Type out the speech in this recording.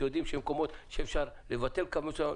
אתם יודעים שיש מקומות שאפשר לבטל קו מסוים,